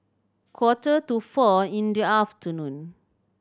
quarter to four in the afternoon